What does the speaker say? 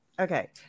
okay